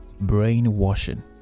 brainwashing